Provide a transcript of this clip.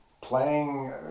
playing